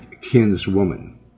kinswoman